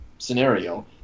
scenario